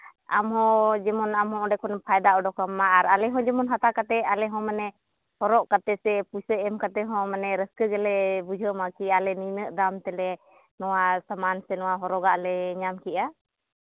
ᱟᱢᱦᱚᱸ ᱡᱮᱢᱚᱱ ᱟᱢᱦᱚᱸ ᱚᱸᱰᱮ ᱠᱷᱚᱱ ᱯᱷᱟᱭᱫᱟ ᱚᱰᱚᱠ ᱟᱢ ᱢᱟ ᱟᱨ ᱟᱞᱮ ᱡᱮᱢᱚᱱ ᱦᱟᱛᱟᱣ ᱠᱟᱛᱮ ᱟᱞᱮ ᱦᱚᱸ ᱢᱟᱱᱮ ᱦᱚᱨᱚᱜ ᱠᱟᱛᱮ ᱥᱮ ᱯᱩᱭᱥᱟᱹ ᱮᱢ ᱠᱟᱛᱮ ᱦᱚᱸ ᱨᱟᱹᱥᱠᱟᱹ ᱜᱮᱞᱮ ᱵᱩᱡᱷᱟᱹᱣ ᱢᱟ ᱠᱤ ᱟᱞᱮ ᱱᱤᱱᱟᱹᱜ ᱫᱟᱢ ᱛᱮᱞᱮ ᱱᱚᱣᱟ ᱥᱟᱢᱟᱱ ᱥᱮ ᱱᱚᱣᱟ ᱦᱚᱨᱚᱜᱟᱜ ᱞᱮ ᱧᱟᱢ ᱠᱮᱜᱼᱟ